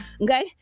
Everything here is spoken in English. Okay